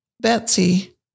Betsy